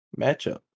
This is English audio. matchup